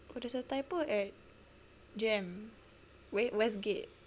oh theres a typo at JEM eh westgate